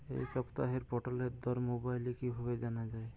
এই সপ্তাহের পটলের দর মোবাইলে কিভাবে জানা যায়?